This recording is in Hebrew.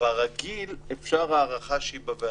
ברגיל אפשר הארכה שהיא בוועדה,